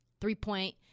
three-point